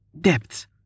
Depths